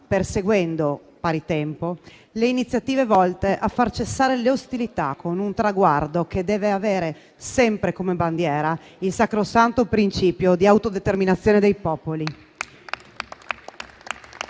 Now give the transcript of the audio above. perseguendo, pari tempo, le iniziative volte a far cessare le ostilità, con un traguardo che deve avere sempre come bandiera il sacrosanto principio di autodeterminazione dei popoli.